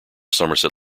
somerset